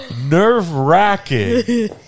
nerve-wracking